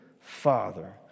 Father